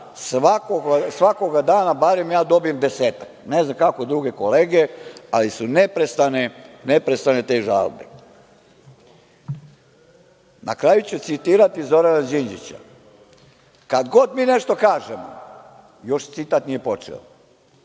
svakog dana barem dobijem desetak, ne znam kako druge kolege, ali su neprestane te žalbe. Na kraju ću citirati Zorana Đinđića. Kad god mi nešto kažemo i stavimo